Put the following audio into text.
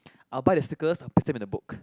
I'll buy the stickers I'll paste them in the book